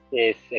yes